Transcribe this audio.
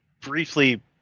briefly